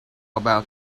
about